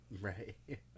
Right